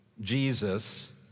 Jesus